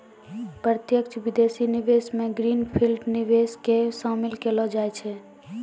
प्रत्यक्ष विदेशी निवेश मे ग्रीन फील्ड निवेश के शामिल केलौ जाय छै